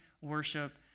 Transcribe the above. worship